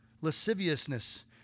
lasciviousness